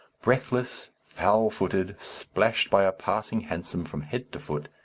breathless, foul-footed, splashed by a passing hansom from head to foot,